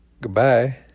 goodbye